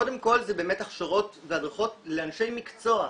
קודם כל זה באמת הכשרות והדרכות לאנשי מקצוע.